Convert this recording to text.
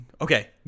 Okay